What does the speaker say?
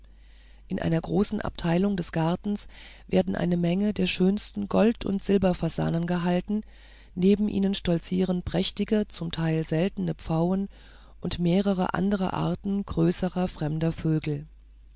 in einer größeren abteilung des gartens werden eine menge der schönsten gold und silberfasanen gehalten neben ihnen stolzieren prächtige zum teil seltene pfauen und mehrere andere arten größerer fremder vögel